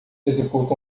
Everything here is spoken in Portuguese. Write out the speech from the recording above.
executa